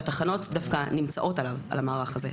והתחנות דווקא נמצאות עליו, על המערך הזה.